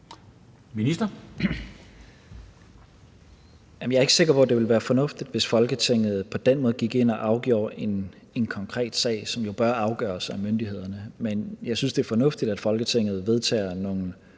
Tesfaye): Jeg er ikke sikker på, at det ville være fornuftigt, hvis Folketinget på den måde gik ind og afgjorde en konkret sag, som jo bør afgøres af myndighederne. Men jeg synes, det er fornuftigt, at Folketinget vedtager nogle